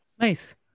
Nice